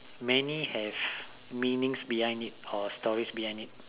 many have meanings behind it or stories behind it